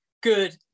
good